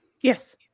Yes